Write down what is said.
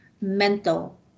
mental